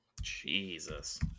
Jesus